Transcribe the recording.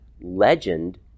legend